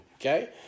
okay